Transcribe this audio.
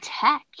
tech